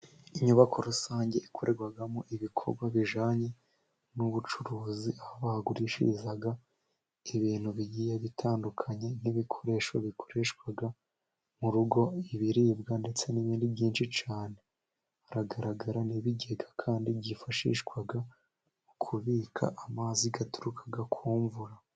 Inyubako rusange ikorerwagamo ibikorwa bijyanye n' ubucuruzi aho bagurishiriza ibintu bigiye bitandukanye, nk' ibikoresho bikoreshwa mu rugo, ibiribwa ndetse n' ibindi byinshi cyane hagaragara n' ibigega kandi byifashishwa mu kubika amazi aturuka ku mvura.